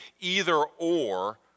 either-or